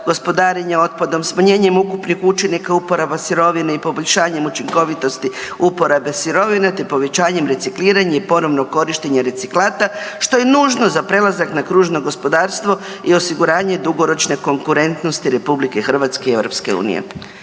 gospodarenje otpadom, smanjenjem ukupnih učinaka uporabe sirovina i poboljšanjem učinkovitosti uporabe sirovine te povećanjem recikliranja i ponovnog korištenja reciklata što je nužno za prelazak na kružno gospodarstvo i osiguranje dugoročne konkurentnosti RH i EU.